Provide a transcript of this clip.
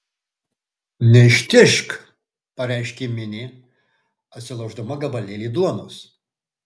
neištižk pareiškė minė atsilauždama gabalėlį duonos